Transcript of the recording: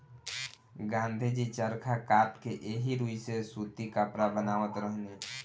गाँधी जी चरखा कात के एही रुई से सूती कपड़ा बनावत रहनी